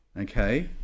okay